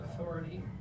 authority